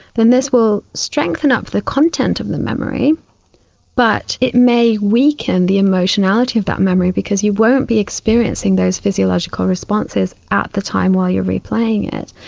then this will strengthen up the content of the memory but it may weaken the emotionality of that memory because you won't be experiencing those physiological responses at the time while you are replaying it.